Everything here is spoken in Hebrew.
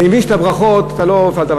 אני מבין שבברכות אתה לא הפעלת,